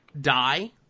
die